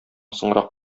соңрак